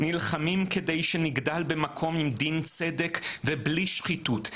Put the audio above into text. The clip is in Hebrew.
נלחמים כדי שנגדל במקום עם דין צדק ובלי שחיתות.